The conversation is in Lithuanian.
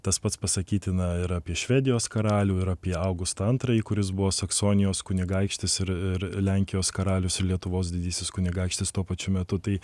tas pats pasakytina ir apie švedijos karalių ir apie augustą antrąjį kuris buvo saksonijos kunigaikštis ir ir lenkijos karalius lietuvos didysis kunigaikštis tuo pačiu metu tai